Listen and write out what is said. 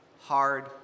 hard